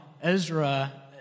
Ezra